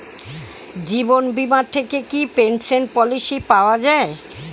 জীবন বীমা থেকে কি পেনশন পলিসি পাওয়া যায়?